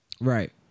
Right